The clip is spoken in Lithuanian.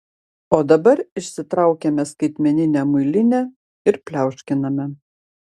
o dabar išsitraukiame skaitmeninę muilinę ir pliauškiname